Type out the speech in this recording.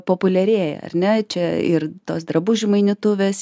populiarėja ar ne čia ir tos drabužių mainytuvės